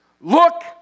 look